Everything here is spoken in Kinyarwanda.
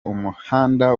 umuhanda